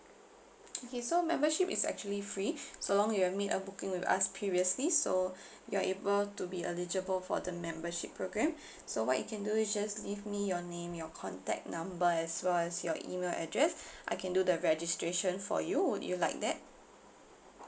okay so membership is actually free so long you have made a booking with us previously so you're able to be eligible for the membership program so what you can do is just leave me your name your contact number as well as your email address I can do the registration for you would you like that